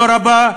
לא רבה,